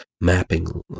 mapping